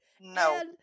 No